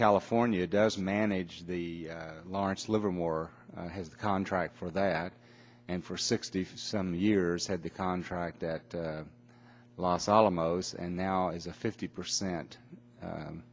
california does manage the lawrence livermore has a contract for that and for sixty some years had the contract that los alamos and now is a fifty percent